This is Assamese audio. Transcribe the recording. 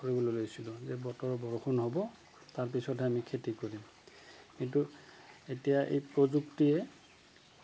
কৰিবলৈ লৈছিলোঁ যে বতৰৰ বৰষুণ হ'ব তাৰপিছতহে আমি খেতি কৰিম কিন্তু এতিয়া এই প্ৰযুক্তিয়ে